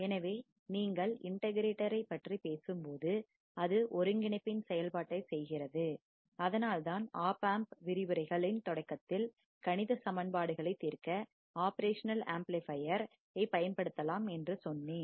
எனவே நீங்கள் integrator ஐ பற்றி பேசும் போது அது ஒருங்கிணைப்பின் செயல்பாட்டை செய்கிறது அதனால்தான் ஒப் ஆம்ப் விரிவுரைகள் இன் தொடக்கத்தில் கணிதச் சமன்பாடுகளைத் தீர்க்க ஒப்ரேஷனல் ஆம்ப்ளிபையர் செயல்பாட்டுப் பெருக்கி ஐ பயன்படுத்தலாம் என்று சொன்னேன்